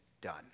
done